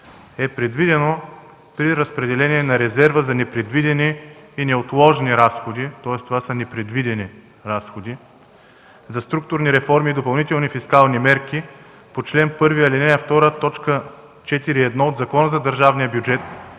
е предвидено при разпределение на резерва за непредвидени и неотложни разходи – това са непредвидени разходи, за структурни реформи и допълнителни фискални мерки по чл. 1, ал. 2, т. 4.1 от Закона за държавния бюджет